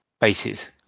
bases